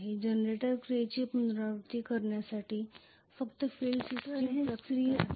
generator क्रियेची पुनरावृत्ती करण्यासाठी फक्त फील्ड सिस्टम फ्लक्स तयार करते